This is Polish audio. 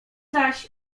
zaś